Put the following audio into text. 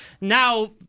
now